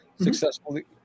successfully